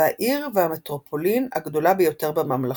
והעיר והמטרופולין הגדולה ביותר בממלכה.